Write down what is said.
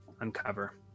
uncover